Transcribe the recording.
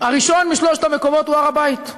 הראשון משלושת המקומות הוא הר-הבית.